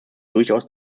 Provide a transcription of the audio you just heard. durchaus